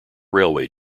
railway